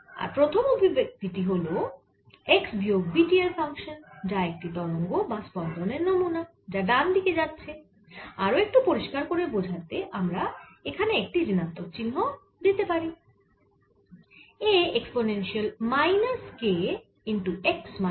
আর প্রথম অভিব্যক্তি যা হল x বিয়োগ v t এর ফাংশান যা একটি তরঙ্গ বা স্পন্দনের নমুনা যা ডান দিকে যাচ্ছে আরো একটু পরিষ্কার করে বোঝাতে আমার এখানে একটি ঋণাত্মক চিহ্ন দেওয়া উচিত